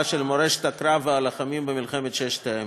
של מורשת הקרב והלוחמים במלחמת ששת הימים.